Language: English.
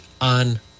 on